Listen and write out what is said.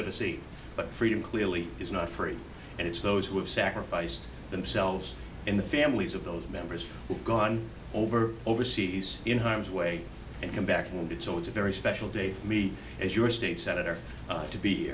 ever seen but freedom clearly is not free and it's those who have sacrificed themselves in the families of those members who've gone over overseas in harm's way and come back and it's always a very special day for me as your state senator to be